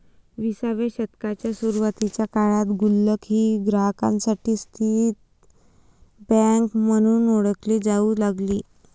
विसाव्या शतकाच्या सुरुवातीच्या काळात गुल्लक ही संग्राहकांसाठी स्थिर बँक म्हणून ओळखली जाऊ लागली